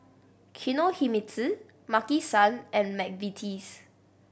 Kinohimitsu Maki San and McVitie's